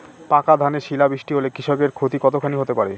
পাকা ধানে শিলা বৃষ্টি হলে কৃষকের ক্ষতি কতখানি হতে পারে?